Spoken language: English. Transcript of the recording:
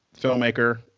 filmmaker